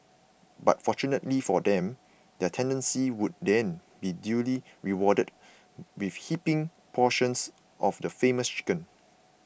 but fortunately for them their tenacity would then be duly rewarded with heaping portions of the famous chicken